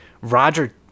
Roger